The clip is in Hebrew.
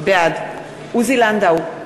בעד עוזי לנדאו,